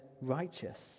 righteous